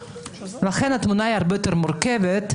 לכן התמונה היא הרבה יותר מורכבת.